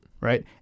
Right